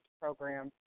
program